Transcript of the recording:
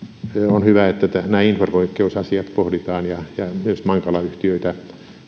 on hyvä että nämä infrapoikkeusasiat ja myös mankala yhtiöitä